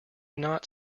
not